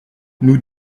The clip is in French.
nous